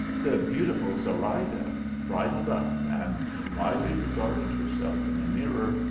the beautiful zorayda bridled up, and slyly regarded herself in a mirror,